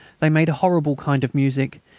they made a horrible kind of music.